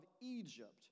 Egypt